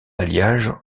alliage